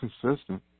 consistent